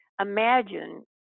imagine